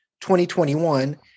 2021